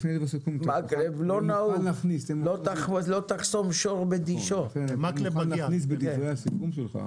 לפני הסיכום, אם תוכל להכניס בדברי הסיכום שלך,